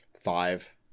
five